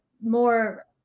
more